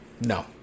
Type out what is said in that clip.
No